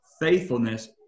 faithfulness